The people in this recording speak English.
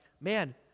man